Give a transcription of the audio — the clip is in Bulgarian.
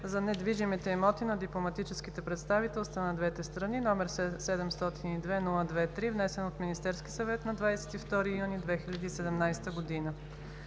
за недвижимите имоти на дипломатическите представителства на двете страни, № 702-02-3, внесен от Министерския съвет на 22 юни 2017 г.